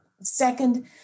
second